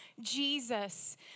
Jesus